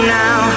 now